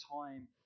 time